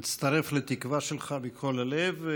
אני מצטרף לתקווה שלך מכל הלב.